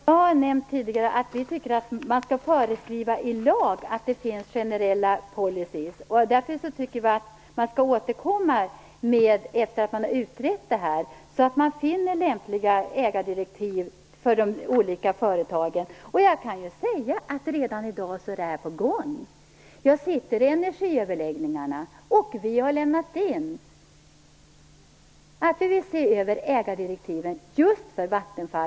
Herr talman! Jag har nämnt tidigare att Miljöpartiet tycker att man skall föreskriva i lag att det skall finnas en generell policy. Därför tycker vi också att man skall återkomma efter att ha utrett detta, så att man finner lämpliga ägardirektiv för de olika företagen. Jag kan säga att detta är på gång redan i dag. Jag sitter med i energiöverläggningarna, och vi har lämnat in en begäran att få se över ägardirektiven just för Vattenfall.